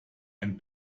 ein